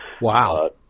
Wow